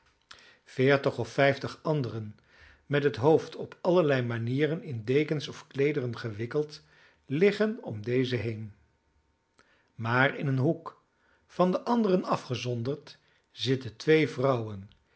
veertig of vijftig anderen met het hoofd op allerlei manieren in dekens of kleederen gewikkeld liggen om deze heen maar in een hoek van de anderen afgezonderd zitten twee vrouwen